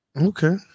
Okay